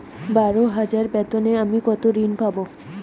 বারো হাজার বেতনে আমি কত ঋন পাব?